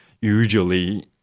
usually